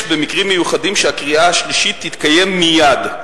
במקרים מיוחדים שהקריאה השלישית תתקיים מייד".